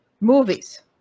movies